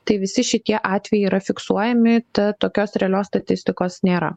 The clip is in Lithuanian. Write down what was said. tai visi šitie atvejai yra fiksuojami tad tokios realios statistikos nėra